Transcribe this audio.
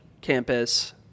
campus